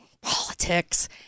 politics